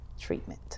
treatment